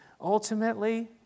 ultimately